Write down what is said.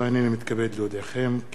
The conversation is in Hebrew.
כי הונחו היום על שולחן הכנסת,